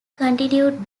continued